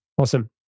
Awesome